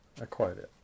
acquired